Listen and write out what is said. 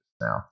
now